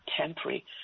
temporary